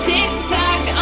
Tick-tock